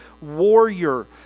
warrior